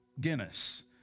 Guinness